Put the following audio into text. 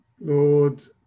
Lord